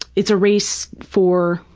it's a race for,